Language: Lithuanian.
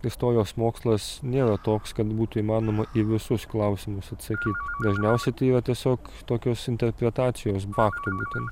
istorijos mokslas nėra toks kad būtų įmanoma į visus klausimus atsakyti dažniausiai tai yra tiesiog tokios interpretacijos faktų būtent